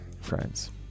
friends